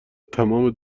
تمام